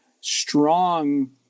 strong